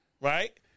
Right